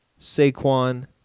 Saquon